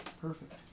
Perfect